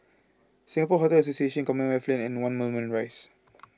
Singapore Hotel Association Commonwealth Lane and one Moulmein Rise